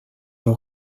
l’on